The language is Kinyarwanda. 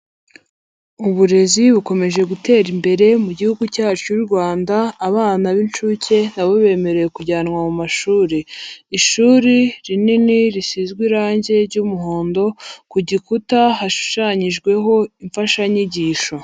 Uburezi bukomeje gutera imbere mu gihugu cyacu cy'u Rwanda abana b'incuke nabo bemerewe kujyanwa mu mashuri, ishuri rinini risizwe irangi ry'umuhondo, ku gikuta hashushanyijweho imfashanyigisho.